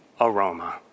aroma